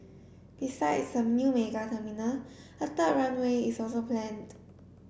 besides a new mega terminal a third runway is also planned